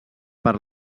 per